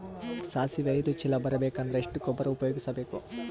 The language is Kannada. ಸಾಸಿವಿ ಐದು ಚೀಲ ಬರುಬೇಕ ಅಂದ್ರ ಎಷ್ಟ ಗೊಬ್ಬರ ಉಪಯೋಗಿಸಿ ಬೇಕು?